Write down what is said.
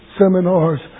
seminars